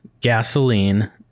gasoline